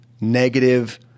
negative